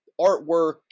artwork